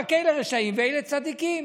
רק אלה רשעים ואלה צדיקים,